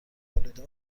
آلوده